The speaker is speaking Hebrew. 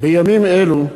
בימים אלו,